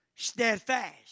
steadfast